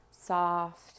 soft